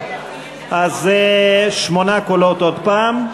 אז שמונה קולות עוד פעם.